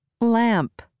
Lamp